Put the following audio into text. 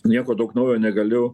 nieko daug naujo negaliu